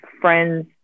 friends